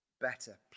better